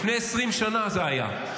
לפני 20 שנה זה היה.